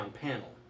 panel